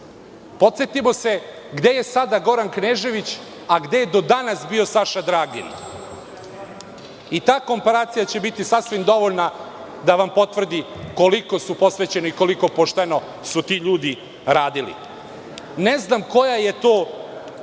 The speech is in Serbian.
Podsetimo se gde je sada Goran Knežević, a gde je do danas bio Saša Dragin. I ta komparacija će biti sasvim dovoljna da vam potvrdi koliko su posvećeni i koliko pošteno su ti ljudi radili. Ne znam koja to